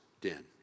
den